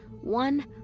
one